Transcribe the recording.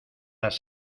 las